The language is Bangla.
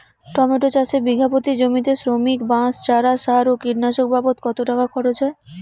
টমেটো চাষে বিঘা প্রতি জমিতে শ্রমিক, বাঁশ, চারা, সার ও কীটনাশক বাবদ কত টাকা খরচ হয়?